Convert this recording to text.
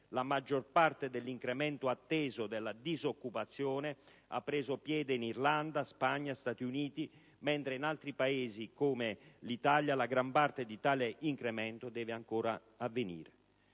la maggior parte dell'incremento atteso dell'occupazione ha preso piede in Irlanda, Spagna e Stati Uniti, mentre in altri Paesi, come l'Italia, la gran parte di tale incremento deve ancora avvenire.